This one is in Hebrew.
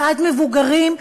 ועד מבוגרים,